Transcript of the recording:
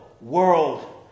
world